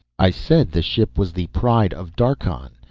i said the ship was the pride of darkhan.